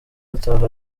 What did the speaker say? ataha